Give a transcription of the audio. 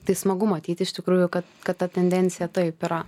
tai smagu matyti iš tikrųjų kad kad ta tendencija taip yra